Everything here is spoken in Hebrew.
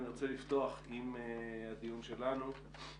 אני רוצה לפתוח בדיון שלנו.